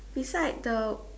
beside the